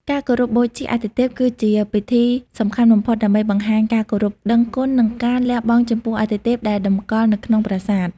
ការគោរពបូជាអាទិទេពគឺជាពិធីសំខាន់បំផុតដើម្បីបង្ហាញការគោរពដឹងគុណ និងការលះបង់ចំពោះអាទិទេពដែលតម្កល់នៅក្នុងប្រាសាទ។